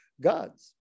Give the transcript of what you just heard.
God's